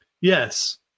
Yes